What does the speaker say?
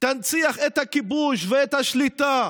ותנציח את הכיבוש ואת השליטה